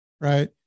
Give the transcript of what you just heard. Right